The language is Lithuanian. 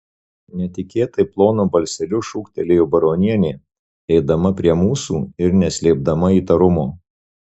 netikėtai plonu balseliu šūktelėjo baronienė eidama prie mūsų ir neslėpdama įtarumo